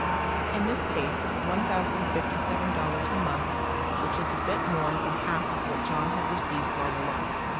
in this case, one thousand and fifty seven dollars a month which is a bit more than half of what john had received while alive.